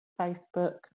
Facebook